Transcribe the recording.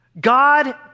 God